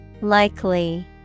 Likely